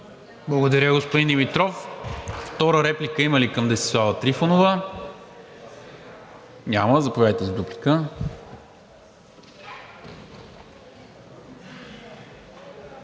Благодаря, господин Димитров. Втора реплика има ли към Десислава Трифонова? Няма. Заповядайте за дуплика.